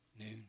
noon